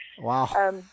Wow